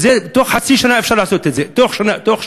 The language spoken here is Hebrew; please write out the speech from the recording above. בתוך חצי שנה אפשר לעשות את זה, בתוך שנתיים.